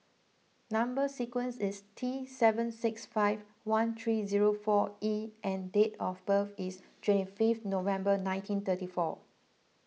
Number Sequence is T seven six five one three zero four E and date of birth is twenty fifth November nineteen thirty four